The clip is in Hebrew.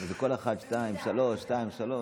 אבל זה כל אחד, שתיים-שלוש, שתיים-שלוש.